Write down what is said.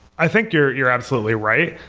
i think you're you're absolutely right,